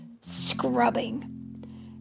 scrubbing